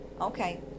okay